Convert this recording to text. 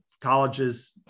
colleges